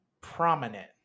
prominent